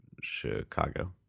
Chicago